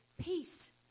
peace